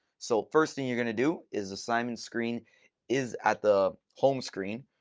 so first thing you're going to do is assignment screen is at the home screen.